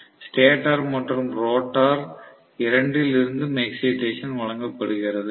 stator மற்றும் rotor இரண்டில் இருந்தும் எக்ஸைடேசன் வழங்கப்படுகிறது